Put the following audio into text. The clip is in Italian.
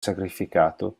sacrificato